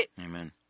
Amen